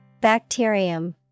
Bacterium